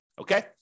Okay